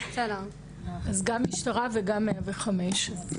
אני שוב מביע הערכה על הדיון ועל חשיבות הדיון.